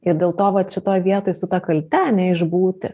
ir dėl to vat šitoj vietoj vat su ta kalte ane išbūti